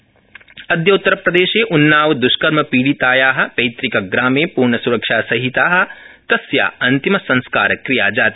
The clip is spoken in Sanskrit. उन्नावपीडिता अद्य उत्तरप्रदेशे उन्नावदृष्कर्मपीडिया पैत़कप्रामे पूर्णस्रक्षासहिता तस्या अन्तिमसंस्कारक्रिया जाता